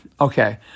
Okay